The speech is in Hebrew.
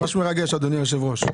ממש מרגש, אדוני היושב-ראש.